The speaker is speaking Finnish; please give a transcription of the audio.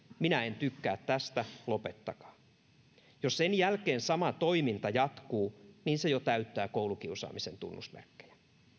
minä en tykkää tästä lopettakaa ja jos sen jälkeen sama toiminta jatkuu se jo täyttää koulukiusaamisen tunnusmerkkejä